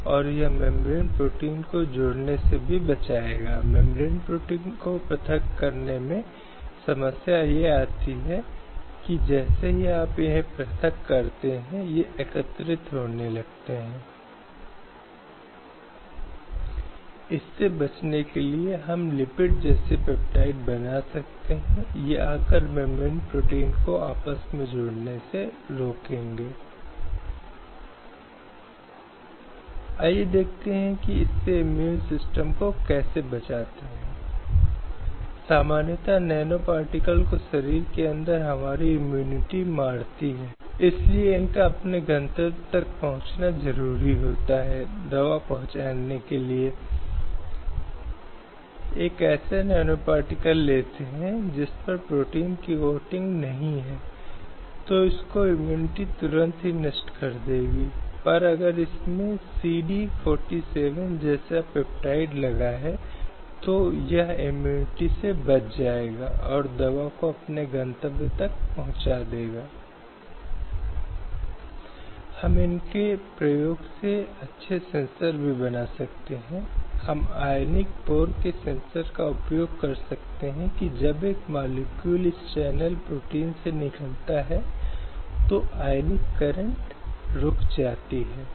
CB Muthamma बनाम union of India 1979 एक बहुत ही प्रसिद्ध मामला है जहां महिला को पदोन्नति से वंचित कर दिया गया था या उसे विदेशी सेवा में शामिल होने से भी हतोत्साहित किया गया था और उसे वचन देना पड़ा था कि अगर उसने शादी की तो वह सेवा से इस्तीफा दे देगी यदि आप याद कर सकते हैं अंतर्राष्ट्रीय उपकरण जो किसी की वैवाहिक स्थिति के आधार पर भेदभाव नहीं किया जा सकता है कि वह शादीशुदा है या वह अविवाहित है वह एक ऐसा आधार नहीं हो सकता जिससे एक महिला को किसी चीज से वंचित किया जाए इसलिए भारतीय विदेश सेवा में एक शर्त थी कि उसे विवाह करना चाहिए और अगर वह शादी करती है तो उसे सेवा से इस्तीफा देना पड़ता है और यहां तक कि नीतियां भी कहीं न कहीं महिलाओं को सेवा में शामिल होने के लिए हतोत्साहित करती हैं इसलिए इसे कानून की अदालत में चुनौती दी गई थी और इसे बुरा कहा गया था